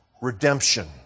redemption